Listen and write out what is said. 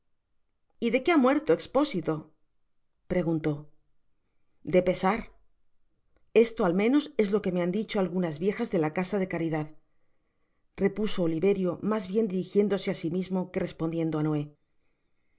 y de que ha muerto expósito preguntó de pesar esto al menos es lo que me han dicho algunas viejas de la casa de caridad repuso oliverio mas bien dirijiéndoscá si mismo que respondiendo á noé